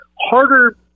harder